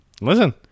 listen